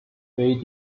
they